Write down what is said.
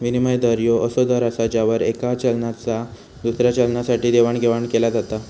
विनिमय दर ह्यो असो दर असा ज्यावर येका चलनाचा दुसऱ्या चलनासाठी देवाणघेवाण केला जाता